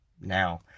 now